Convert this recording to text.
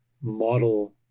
model